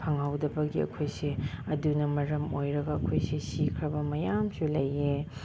ꯐꯪꯍꯧꯗꯕꯒꯤ ꯑꯩꯈꯣꯏꯁꯦ ꯑꯗꯨꯅ ꯃꯔꯝ ꯑꯣꯏꯔꯒ ꯑꯩꯈꯣꯏꯁꯦ ꯁꯤꯈ꯭ꯔꯕ ꯃꯌꯥꯝꯁꯨ ꯂꯩꯌꯦ